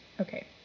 Okay